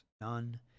none